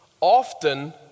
often